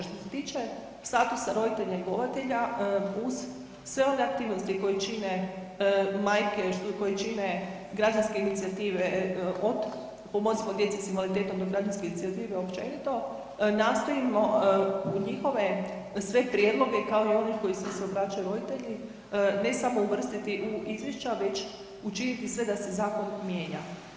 Što se tiče statusa roditelja njegovatelja uz sve one aktivnosti koje čine majke, koje čine građanske inicijative od Pomozimo djeci s invaliditetom, do građanske inicijative općenito, nastojimo u njihove sve prijedloge kao i one s kojima se obraćaju roditelji ne samo uvrstiti u izvješća već učiniti sve da se zakon mijenja.